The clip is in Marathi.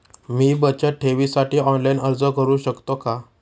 मी बचत ठेवीसाठी ऑनलाइन अर्ज करू शकतो का?